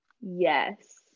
Yes